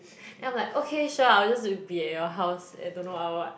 then I'm like okay sure I will just be at your house at don't know what what what